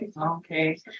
Okay